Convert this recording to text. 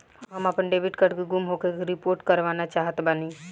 हम आपन debit card के गुम होखे के रिपोर्ट करवाना चाहत बानी